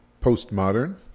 post-modern